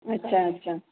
अच्छा अच्छा